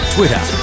Twitter